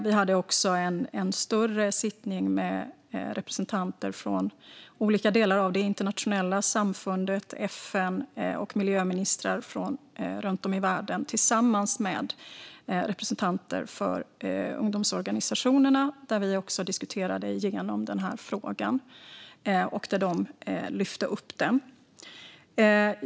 Vi hade också en större sittning med representanter från olika delar av det internationella samfundet, FN och miljöministrar från runt om i världen tillsammans med representanter för ungdomsorganisationerna, där de lyfte upp den här frågan och vi diskuterade igenom den.